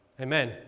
Amen